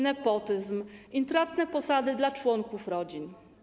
Nepotyzm - intratne posady dla członków rodzin.